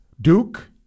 Duke